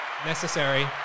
Necessary